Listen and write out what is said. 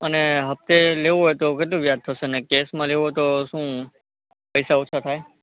અને હપ્તે લેવો હોય તો કેટલું વ્યાજ થશે અને કૅશમાં લેવો હોય તો શું પૈસા ઓછા થાય